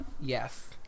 yes